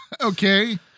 Okay